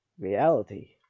reality